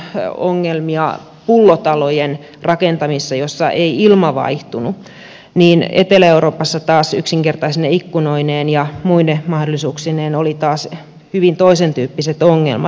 meillä oli silloin ongelmia pullotalojen rakentamisessa niissä ei ilma vaihtunut ja etelä euroopassa taas yksinkertaisine ikkunoineen ja muine mahdollisuuksineen oli hyvin toisentyyppiset ongelmat